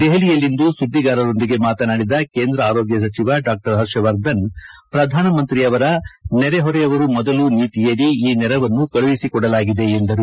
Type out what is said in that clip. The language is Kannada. ದೆಹಲಿಯಲ್ಲಿಂದು ಸುಧ್ಗಿಗಾರರೊಂದಿಗೆ ಮಾತನಾಡಿದ ಕೇಂದ್ರ ಆರೋಗ್ನ ಸಚಿವ ಡಾ ಹರ್ಷವರ್ಧನ್ ಪ್ರಧಾನಮಂತ್ರಿಯವರ ನೆರೆಹೊರೆಯವರು ಮೊದಲು ನೀತಿಯಡಿ ಈ ನೆರವನ್ನು ಕಳುಹಿಸಿಕೊಡಲಾಗಿದೆ ಎಂದರು